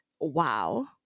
wow